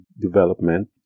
development